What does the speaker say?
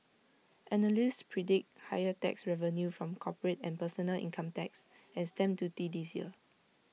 analysts predict higher tax revenue from corporate and personal income tax and stamp duty this year